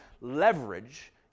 leverage